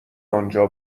آنجا